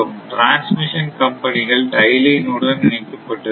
transmission கம்பெனிகள் tie line உடன் இணைக்கப்பட்டிருக்கும்